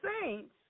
saints